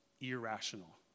irrational